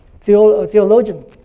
theologian